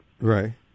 Right